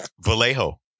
Vallejo